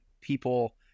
people –